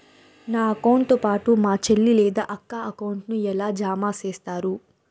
నా అకౌంట్ తో పాటు మా చెల్లి లేదా అక్క అకౌంట్ ను ఎలా జామ సేస్తారు?